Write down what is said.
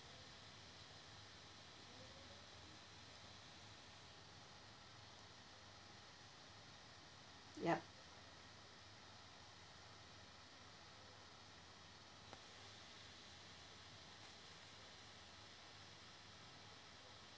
yup